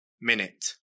minute